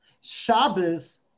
Shabbos